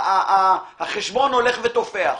החשבון הולך ותופח.